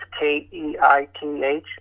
K-E-I-T-H